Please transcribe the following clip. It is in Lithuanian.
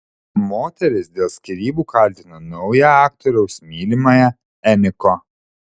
moteris dėl skyrybų kaltino naują aktoriaus mylimąją eniko